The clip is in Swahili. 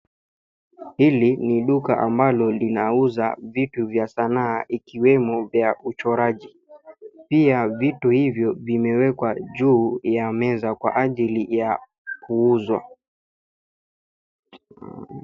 Hili ni duka ambalo linauza vitu vya sanaa ikiwemo vya uchoraji, pia vitu hivyo vimewekwa juu ya meza kwa ajili ya kuuzwa.